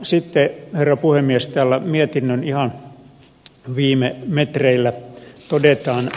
sitten herra puhemies täällä mietinnön ihan viime metreillä todetaan